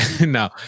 no